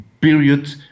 period